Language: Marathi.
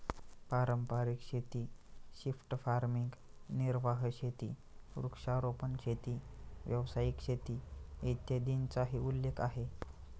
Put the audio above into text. पारंपारिक शेती, शिफ्ट फार्मिंग, निर्वाह शेती, वृक्षारोपण शेती, व्यावसायिक शेती, इत्यादींचाही उल्लेख आहे